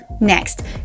Next